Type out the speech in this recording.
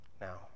Now